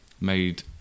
made